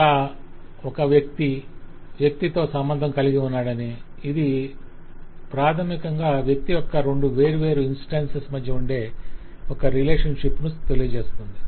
అలా ఒక వ్యక్తి వ్యక్తితో సంబంధం కలిగి ఉన్నాడని ఇది ప్రాథమికంగా వ్యక్తి యొక్క రెండు వేర్వేరు ఇంస్టాన్సెస్ మధ్య ఉండే ఒక రిలేషన్షిప్ ని తెలియజేస్తుంది